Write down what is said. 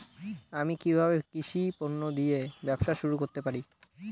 আমি কিভাবে কৃষি পণ্য দিয়ে ব্যবসা শুরু করতে পারি?